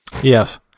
Yes